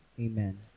Amen